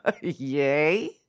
Yay